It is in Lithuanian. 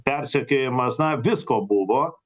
persekiojimas na visko buvo